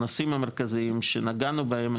הנושאים המרכזיים שנגענו בהם,